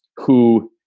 who.